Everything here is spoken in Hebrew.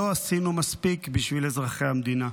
לא עשינו מספיק בשביל אזרחי המדינה.